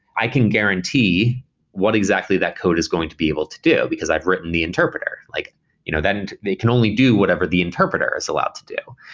i can guarantee what exactly that code is going to be able to do, because i've written the interpreter. like you know they can only do whatever the interpreter is allowed to do.